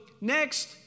next